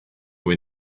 when